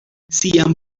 sian